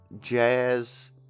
jazz